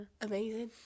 Amazing